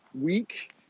week